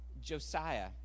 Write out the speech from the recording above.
Josiah